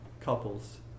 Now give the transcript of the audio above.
couples